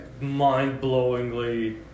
mind-blowingly